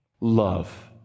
Love